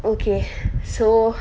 okay so